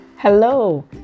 Hello